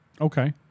Okay